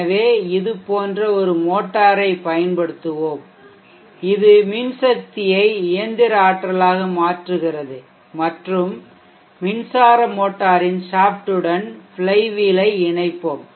எனவே இது போன்ற ஒரு மோட்டாரைப் பயன்படுத்துவோம் இது மின் சக்தியை இயந்திர ஆற்றலாக மாற்றுகிறது மற்றும் மின்சார மோட்டரின் ஷாஃப்ட் உடன் ஃப்ளைவீல் ஐ இணைப்போம்